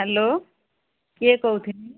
hello କିଏ କହୁଥିଲେ